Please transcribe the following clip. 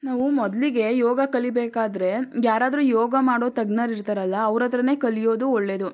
ನಾವು ಮೊದಲಿಗೆ ಯೋಗ ಕಲಿಬೇಕಾದರೆ ಯಾರಾದ್ರೂ ಯೋಗ ಮಾಡೋ ತಜ್ಞರು ಇರ್ತಾರಲ್ಲಾ ಅವರತ್ರನೇ ಕಲಿಯೋದು ಒಳ್ಳೆಯದು